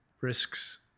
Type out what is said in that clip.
risks